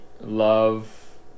love